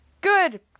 Good